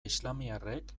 islamiarrek